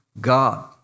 God